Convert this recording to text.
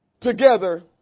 together